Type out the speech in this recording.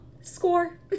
Score